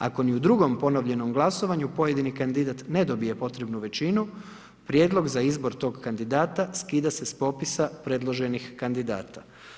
Ako ni u drugom ponovljenom glasovanju pojedini kandidat ne dobije potrebnu većinu, prijedlog za izbor tog kandidata, skida se s popisa predloženih kandidata.